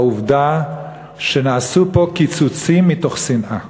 העובדה שנעשו פה קיצוצים מתוך שנאה.